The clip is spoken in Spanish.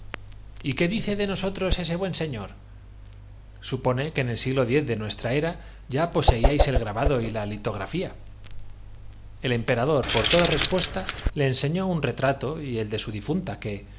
qué dice de nosotros ese buen señor y desdoblando un papel presentó al emperador una supone que en el siglo x de nuestra era ya po brújula seíais el grabado y la litografía hien ti se sonrió con el ministro y conduciendo al el emperador por toda respuesta le enseñó su retra políglota á una ventana que sobre el río caía to y el de su difunta que